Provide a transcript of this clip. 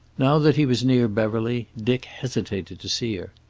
now that he was near beverly, dick hesitated to see her.